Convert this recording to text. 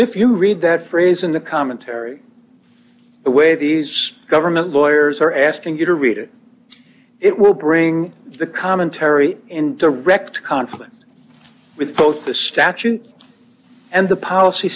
if you read that phrase in the commentary the way these government lawyers are asking you to read it it will bring the commentary in direct conflict with both the statute and the policy